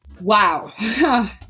wow